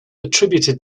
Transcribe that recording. attributed